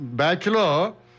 bachelor